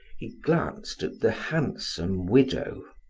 he glanced at the handsome widow.